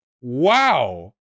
Wow